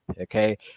okay